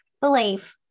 believe